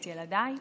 את ילדיי.